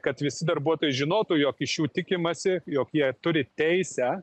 kad visi darbuotojai žinotų jog iš jų tikimasi jog jie turi teisę